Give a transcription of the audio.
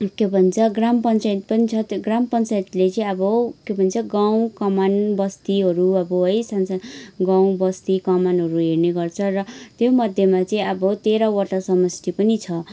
के भन्छ ग्राम पञ्चायत पनि छ त्यो ग्राम पञ्चायतले चाहिँ अब के भन्छ गाउँ कमानबस्तीहरू अब है सानसाना गाउँबस्ती कमानहरू हेर्ने गर्छ र त्योमध्येमा चाहिँ अब तेह्रवटा समष्टि पनि छ